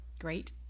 great